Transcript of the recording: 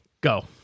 go